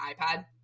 iPad